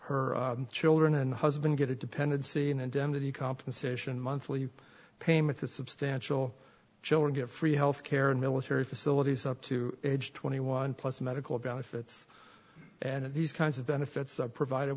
her children and husband get a dependency and indemnity compensation monthly payment the substantial children get free health care and military facilities up to age twenty one plus medical benefits and these kinds of benefits are provided